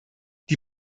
die